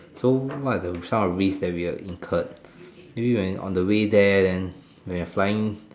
so what are the some of the risk that we have to incurred maybe on the way there when we're flying